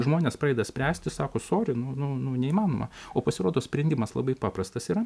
žmonės pradeda spręsti sako sori nu nu neįmanoma o pasirodo sprendimas labai paprastas yra